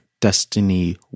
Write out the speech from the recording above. Destiny